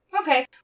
Okay